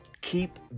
keep